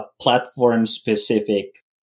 platform-specific